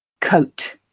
Coat